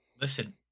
listen